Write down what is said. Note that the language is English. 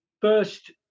first